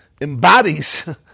embodies